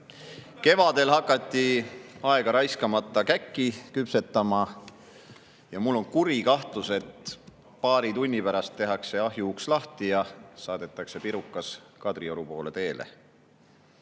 Kevadel hakati aega raiskamata käkki küpsetama ja mul on kuri kahtlus, et paari tunni pärast tehakse ahjuuks lahti ja saadetakse pirukas Kadrioru poole teele.